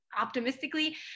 optimistically